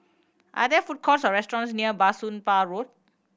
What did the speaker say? are there food courts or restaurants near Bah Soon Pah Road